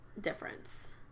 difference